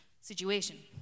situation